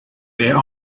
there